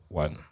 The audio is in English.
one